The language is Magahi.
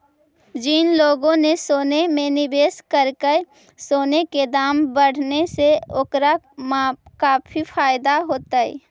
जिन लोगों ने सोने में निवेश करकई, सोने के दाम बढ़ने से ओकरा काफी फायदा होतई